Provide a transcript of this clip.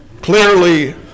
clearly